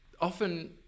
often